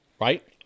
right